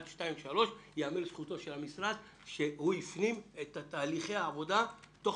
ייאמר לזכות המשרד שהוא הפנים את תהליכי העבודה תוך